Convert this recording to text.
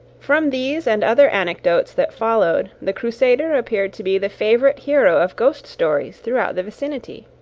from these and other anecdotes that followed, the crusader appeared to be the favourite hero of ghost stories throughout the vicinity.